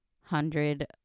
hundred